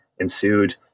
ensued